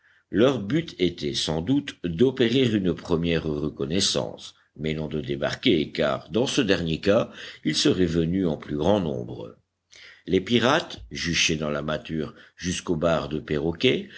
leur but était sans doute d'opérer une première reconnaissance mais non de débarquer car dans ce dernier cas ils seraient venus en plus grand nombre les pirates juchés dans la mâture jusqu'aux barres de perroquet